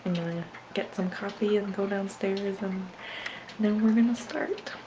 get some coffee and go downstairs and then we're gonna start